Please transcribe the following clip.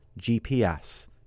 GPS